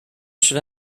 should